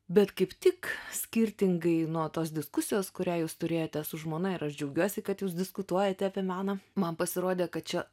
bet kaip tik skirtingai nuo tos diskusijos kurią jūs turėjote su žmona ir aš džiaugiuosi kad jūs diskutuojate apie meną man pasirodė kad čia